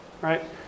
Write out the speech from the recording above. right